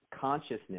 consciousness